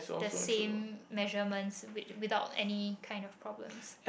the same measurements with~ without any kind of problems